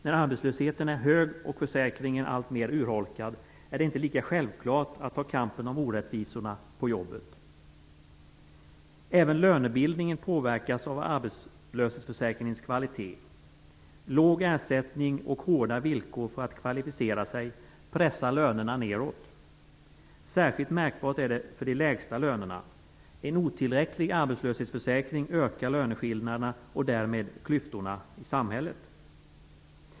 När arbetslösheten är hög och försäkringen är alltmer urholkad är det inte lika självklart att ta kampen mot orättvisorna på jobbet. Även lönebildningen påverkas av arbetslöshetsförsäkringens kvalitet. Låg ersättning och hårda villkor för att kvalificera sig pressar lönerna neråt. Särskilt märkbart är det när det gäller de lägsta lönerna. En otillräcklig arbetslöshetsförsäkring ökar löneskillnaderna och därmed klyftorna i samhället.